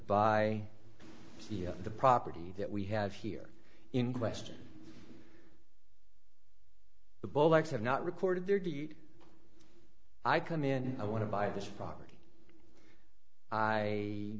buy the property that we have here in question the bulldogs have not recorded their i come in i want to buy this property i